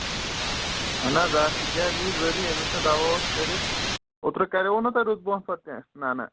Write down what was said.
اَہن حظ آ سِکیب یی ضٔروٗری ییٚمِس نہٕ دَوا اوس کٔرِتھ اوترٕ کَریوُ نہ تۄہہِ روٗدٕ برونٛہہ پَتہٕ کیٚنٛہہ نہ نہ